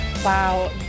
Wow